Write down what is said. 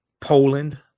Poland